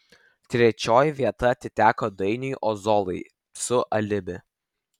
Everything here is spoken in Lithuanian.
trečioji vieta atiteko dainiui ozolui su alibi